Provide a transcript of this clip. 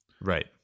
Right